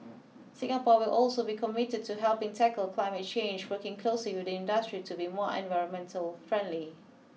Singapore will also be committed to helping tackle climate change working closely with the industry to be more environmentally friendly